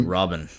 Robin